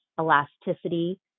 elasticity